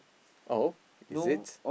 oh is it